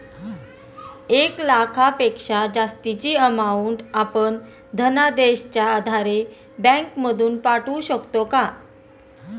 एक लाखापेक्षा जास्तची अमाउंट आपण धनादेशच्या आधारे बँक मधून पाठवू शकतो का?